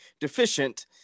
deficient